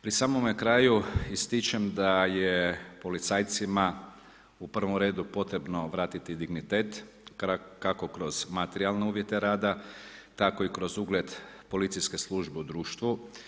Pri samome kraju ističem da je policajcima u prvom redu potrebno vratiti dignitet, kako kroz materijalne uvjete rada, tako i kroz ugled policijske službe u društvu.